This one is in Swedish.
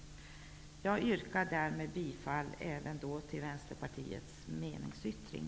Herr talman! Jag yrkar bifall till Vänsterpartiets meningsyttring.